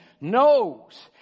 knows